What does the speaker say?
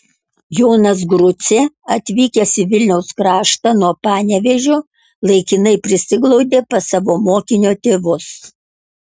jonas grucė atvykęs į vilniaus kraštą nuo panevėžio laikinai prisiglaudė pas savo mokinio tėvus